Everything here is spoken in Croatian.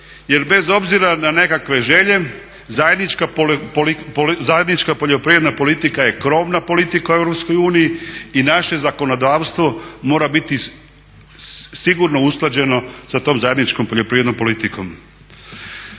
Jer bez obzira na nekakve želje zajednička poljoprivredna politika je krovna politika u Europskoj uniji i naše zakonodavstvo mora biti sigurno usklađeno sa tom zajedničkom poljoprivrednom politikom.